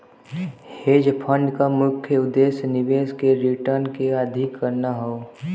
hedge fund क मुख्य उद्देश्य निवेश के रिटर्न के अधिक करना हौ